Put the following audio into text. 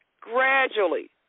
Gradually